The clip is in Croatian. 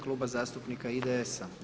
Kluba zastupnika IDS-a.